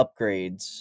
upgrades